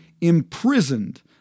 imprisoned